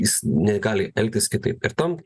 jis negali elgtis kitaip ir tam